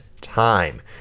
time